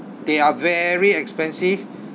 they are very expensive